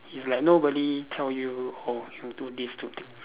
it's like nobody tell you oh you do this do that